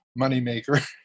moneymaker